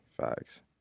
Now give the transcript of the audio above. Facts